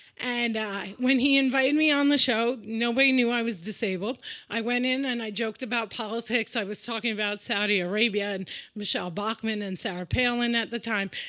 and when he invited me on the show, nobody knew i was disabled. i went in and i joked about politics. i was talking about saudi arabia and michele bachmann and sarah palin at the time.